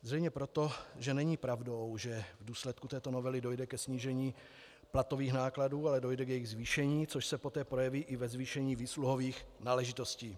Zřejmě proto, že není pravdou, že v důsledku této novely dojde ke snížení platových nákladů, ale dojde k jejich zvýšení, což se poté projeví i ve zvýšení výsluhových náležitostí.